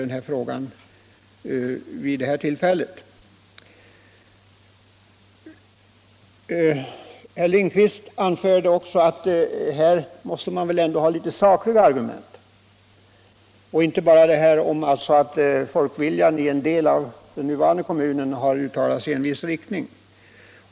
Herr Lindkvist anförde också att man här måste ha sakliga argument och inte bara lita till att folkviljan i en del av den nuvarande kommunen uttalat sig i en viss riktning.